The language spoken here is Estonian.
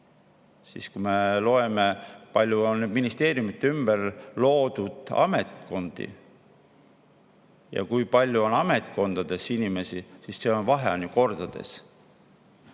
aga kui me loeme, kui palju on ministeeriumide ümber loodud ametkondi ja kui palju on ametkondades inimesi, siis see vahe on ju kordades.